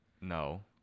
No